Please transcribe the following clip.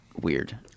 weird